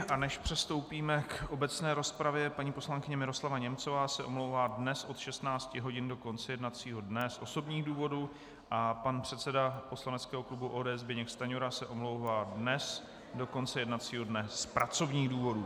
A než přistoupíme k obecné rozpravě, paní poslankyně Miroslava Němcová se omlouvá dnes od 16 hodin do konce jednacího dne z osobních důvodů a pan předseda poslaneckého klubu ODS Zbyněk Stanjura se omlouvá dnes do konce jednacího dne z pracovních důvodů.